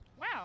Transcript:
Wow